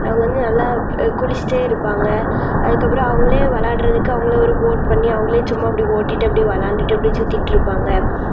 அவங்க வந்து நல்லா குளிச்சுட்டேயிருப்பாங்க அதுக்கப்புறம் அவங்களே விளாடுறதுக்கு அவங்களே ஒரு போட் பண்ணி அவங்களே சும்மா அப்படி ஓட்டிகிட்டு அப்படியே விளாண்டுகிட்டு அப்படியே சுற்றிட்டுயிருப்பாங்க